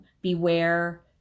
beware